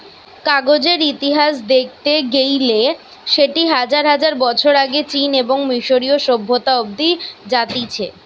কাগজের ইতিহাস দেখতে গেইলে সেটি হাজার হাজার বছর আগে চীন এবং মিশরীয় সভ্যতা অব্দি জাতিছে